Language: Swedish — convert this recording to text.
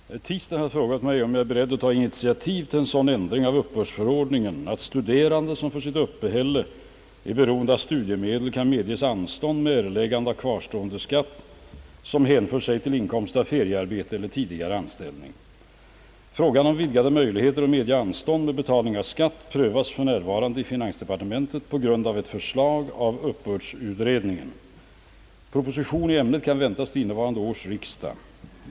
Herr talman! Herr Tistad har frågat mig om jag är beredd att ta initiativ till sådan ändring av uppbördsförordningen, att studerande, som för sitt uppehälle är beroende av studiemedel, kan medges anstånd med erläggande av kvarstående skatt, som hänför sig till inkomst av feriearbete eller tidigare anställning. Frågan om vidgade möjligheter att medge anstånd med betalning av skatt prövas f. n. i finansdepartementet på grund av ett förslag av uppbördsutredningen . Proposition i ämnet kan väntas till innevarande års riksdag.